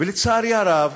ולצערי הרב,